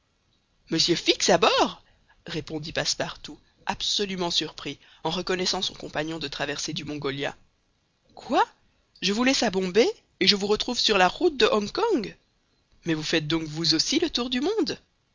monsieur fix à bord répondit passepartout absolument surpris en reconnaissant son compagnon de traversée du mongolia quoi je vous laisse à bombay et je vous retrouve sur la route de hong kong mais vous faites donc vous aussi le tour du monde